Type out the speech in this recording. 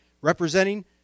representing